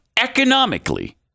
economically